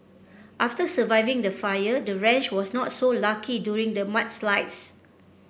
after surviving the fire the ranch was not so lucky during the mudslides